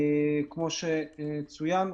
כמו שצוין,